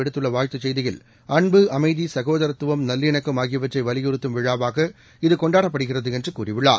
விடுத்துள்ள வாழ்த்துச் செய்தியில் அன்பு அமைதி சகோதரத்துவம் நல்லிணக்கம் ஆகியவற்றை வலியுறுத்தும் விழாவாக இது கொண்டாடப்படுகிறது என்று கூறியுள்ளார்